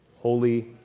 Holy